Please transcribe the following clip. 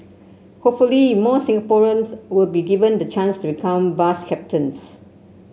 hopefully more Singaporeans will be given the chance to become bus captains